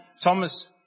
Thomas